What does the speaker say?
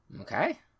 okay